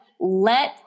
let